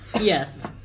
Yes